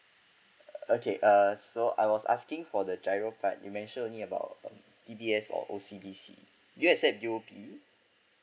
okay uh so I was asking for the G_I_R_O part you mentioned only about uh D_B_S or O_C_B_C you wanna say U_O_B